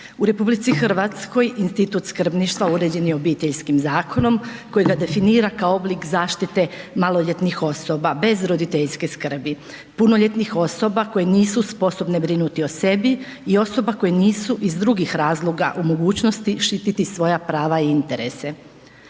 U RH institut skrbništva uređen je Obiteljskim zakonom kojega definira kao oblik zaštite maloljetnih osoba bez roditeljske skrbi, punoljetnih osoba koje nisu sposobne brinuti o sebi i osoba koje nisu iz drugih razloga u mogućnosti štititi svoja prava i interese.